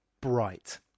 bright